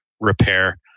Repair